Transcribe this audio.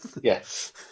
Yes